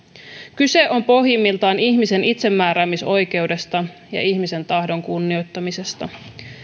kyse on pohjimmiltaan ihmisen itsemääräämisoikeudesta ja ihmisen tahdon kunnioittamisesta